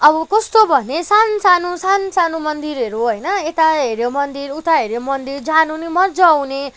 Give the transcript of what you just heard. अब कस्तो भने सानसानो सानसानो मन्दिरहरू होइन यता हेर्यो मन्दिर उता हेर्यो मन्दिर जानु पनि मजा आउने